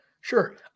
Sure